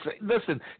Listen